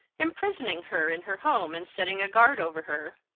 imprisoning her in her home and setting a guard over her.